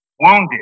wounded